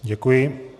Děkuji.